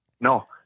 No